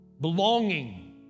Belonging